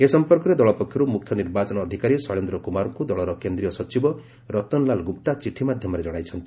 ଏ ସଫପର୍କରେ ଦଳ ପକ୍ଷରୁ ମୁଖ୍ୟ ନିର୍ବାଚନ ଅଧିକାରୀ ଶୈଳେନ୍ଦ୍ର କୁମାରଙ୍କୁ ଦଳର କେନ୍ଦ୍ରୀୟ ସଚିବ ରତନଲାଲ ଗୁପ୍ତା ଚିଠି ମାଧ୍ୟମରେ ଜଣାଇଛନ୍ତି